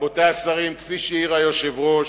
רבותי השרים, כפי שהעיר היושב-ראש,